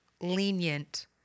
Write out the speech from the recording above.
lenient